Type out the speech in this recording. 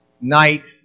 night